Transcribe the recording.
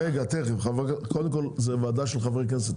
רגע, זו ועדה של חברי כנסת.